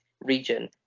region